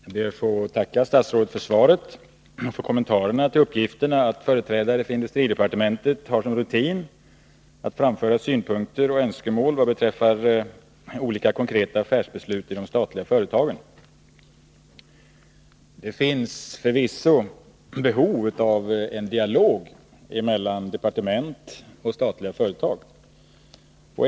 Herr talman! Jag ber att få tacka statsrådet för svaret och för kommentarerna till uppgifterna att företrädare för industridepartementet har som rutin att framföra synpunkter och önskemål vad beträffar olika konkreta affärsbeslut i de statliga företagen. Det finns förvisso behov av en dialog mellan departement och statliga företag.